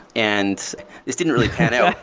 and this didn't really pan out,